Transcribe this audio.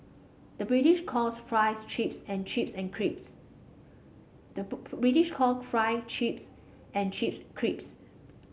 the British calls fries chips and chips and crisps the British call fries chips and chips crisps